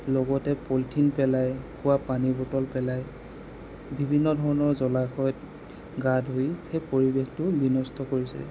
লগতে পলিথিন পেলায় খোৱা পানীবটল পেলায় বিভিন্ন ধৰণৰ জলাশয়ত গা ধুই সেই পৰিৱেশটো বিনষ্ট কৰিছে